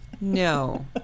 no